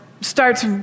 starts